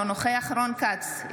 אינו נוכח רון כץ,